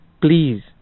Please